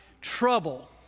trouble